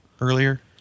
earlier